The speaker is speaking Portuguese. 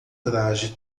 traje